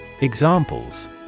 Examples